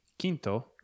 quinto